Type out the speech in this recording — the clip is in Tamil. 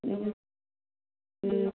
ம் ம்